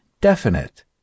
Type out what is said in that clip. definite